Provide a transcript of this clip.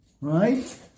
right